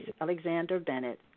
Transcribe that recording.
Alexander-Bennett